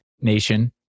nation